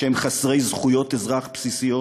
שהם חסרי זכויות אזרח בסיסיות,